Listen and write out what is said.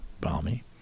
balmy